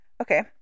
Okay